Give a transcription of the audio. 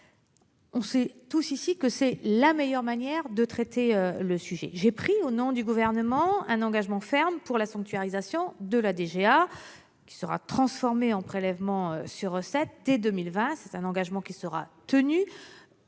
le sait tous ici, la meilleure manière de traiter le sujet. J'ai pris, au nom du Gouvernement, un engagement ferme quant à la sanctuarisation de la DGA : elle sera transformée en prélèvement sur recettes dès 2020, et cet engagement sera tenu.